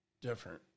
different